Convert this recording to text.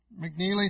McNeely